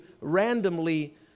randomly